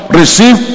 receive